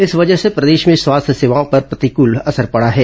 इस वजह से प्रदेश में स्वास्थ्य सेवाओं पर प्रतिकूल असर पड़ा है